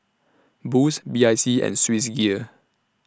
Boost B I C and Swissgear